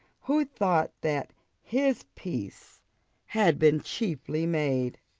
who thought that his peace had been cheaply made.